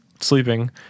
sleeping